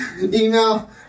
Email